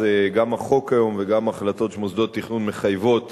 גם החוק היום וגם החלטות של מוסדות תכנון מחייבות